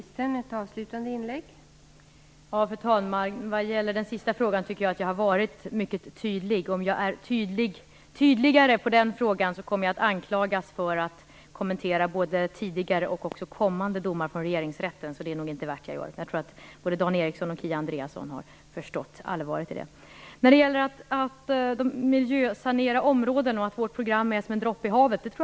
Fru talman! Vad gäller den sista frågan tycker jag att jag har varit mycket tydlig. Om jag är tydligare kommer jag att anklagas för att kommentera både tidigare och också kommande domar från regeringsrätten. Det är nog inte värt att göra. Jag tror att både Dan Ericsson och Kia Andreasson har förstått allvaret i det. Vårt program för att sanera förorenade områden är en droppe i havet, sägs här.